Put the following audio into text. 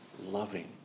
loving